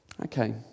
Okay